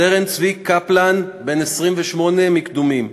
סרן צבי קפלן, בן 28, מקדומים,